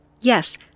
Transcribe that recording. Yes